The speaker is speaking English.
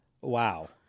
Wow